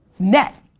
net.